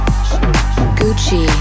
Gucci